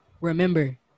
remember